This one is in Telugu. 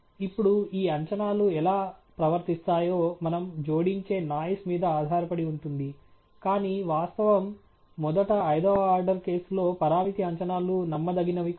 ఇప్పుడు ఈ అంచనాలు ఎలా ప్రవర్తిస్తాయో మనం జోడించే నాయిస్ మీద ఆధారపడి ఉంటుంది కానీ వాస్తవం మొదట ఐదవ ఆర్డర్ కేసులో పరామితి అంచనాలు నమ్మదగినవి కావు